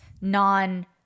non